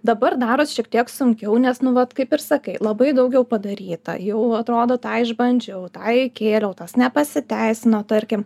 dabar daros šiek tiek sunkiau nes nu vat kaip ir sakai labai daugiau padaryta jau atrodo tą išbandžiau tą įkėliau tas nepasiteisino tarkim